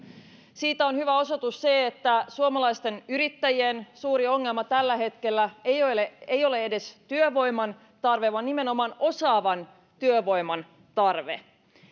siitä on hyvä osoitus se että suomalaisten yrittäjien suuri ongelma tällä hetkellä ei ole edes työvoiman tarve vaan nimenomaan osaavan työvoiman tarve